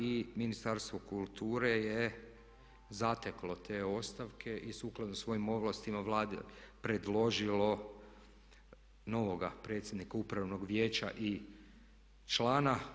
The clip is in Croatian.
I Ministarstvo kulture je zateklo te ostavke i sukladno svojim ovlastima Vladi predložilo novoga predsjednika Upravnog vijeća i člana.